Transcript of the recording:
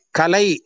Kalai